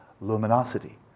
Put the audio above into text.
luminosity